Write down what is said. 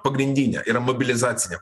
pagrindinė yra mobilizacinė